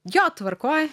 jo tvarkoj